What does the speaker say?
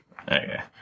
Okay